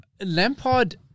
Lampard